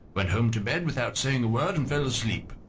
went home to bed without saying a word, and fell asleep.